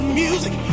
music